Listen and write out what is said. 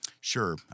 Sure